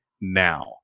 now